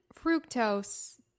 fructose